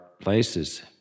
places